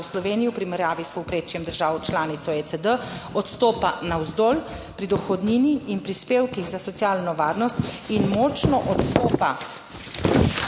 v Sloveniji v primerjavi s povprečjem držav članic OECD odstopa navzdol pri dohodnini in prispevkih za socialno varnost in močno odstopa